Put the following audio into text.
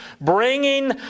bringing